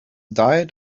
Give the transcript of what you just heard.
diet